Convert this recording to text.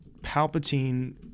palpatine